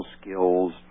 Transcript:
skills